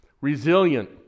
Resilient